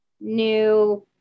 new